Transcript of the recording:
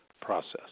process